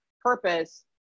purpose